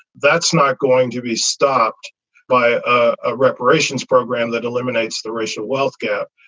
that's not going to be stopped by a reparations program that eliminates the racial wealth gap.